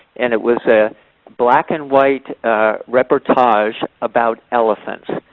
and it was a black and white reportage about elephants.